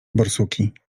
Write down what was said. borsuki